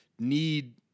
Need